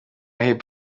hip